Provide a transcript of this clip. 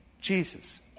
Jesus